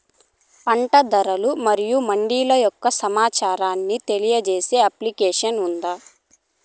పంట ధరలు మరియు మండీల యొక్క సమాచారాన్ని తెలియజేసే అప్లికేషన్ ఉందా?